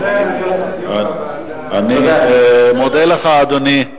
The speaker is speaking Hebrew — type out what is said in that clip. אני מודה לך, אדוני.